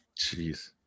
Jeez